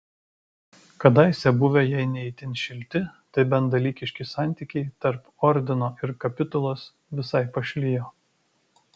kadaise buvę jei ne itin šilti tai bent dalykiški santykiai tarp ordino ir kapitulos visai pašlijo